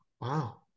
Wow